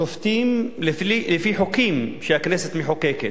שופטים לפי חוקים שהכנסת מחוקקת.